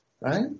right